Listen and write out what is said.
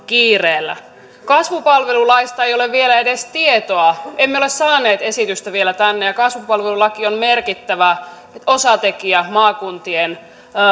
kiireellä kasvupalvelulaista ei ole vielä edes tietoa emme ole saaneet esitystä vielä tänne ja kasvupalvelulaki on merkittävä osatekijä maakuntien